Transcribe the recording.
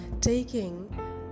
taking